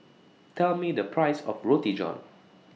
Tell Me The Price of Roti John